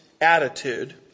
attitude